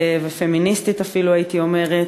ופמיניסטית אפילו, הייתי אומרת,